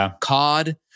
cod